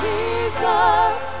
Jesus